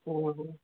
ହଁ ହଁ